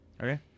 Okay